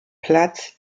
platz